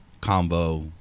combo